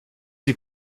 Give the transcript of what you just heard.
die